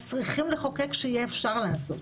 אז צריכים לחוקק שיהיה אפשר לעשות.